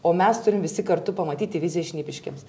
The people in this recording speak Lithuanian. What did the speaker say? o mes turim visi kartu pamatyti viziją šnipiškėms